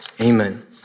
amen